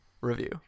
review